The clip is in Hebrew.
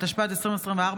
התשפ"ד 2024,